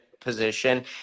position